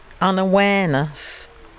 unawareness